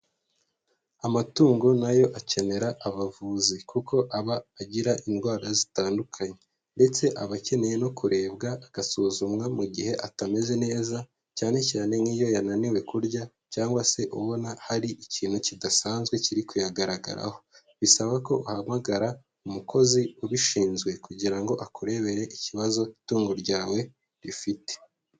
Amatungo nayo akenera abavuzi kuko aba agira indwara zitandukanye ndetse aba akeneye no kurebwa agasuzumwa mu gihe atameze neza, cyanecyane nk'iyo yananiwe kurya cyangwa se ubona hari ikintu kidasanzwe kiri kuyagaragaraho, bisaba ko uhamagara umukozi ubishinzwe kugira ngo akurebere ikibazo itungo ryawe rifite.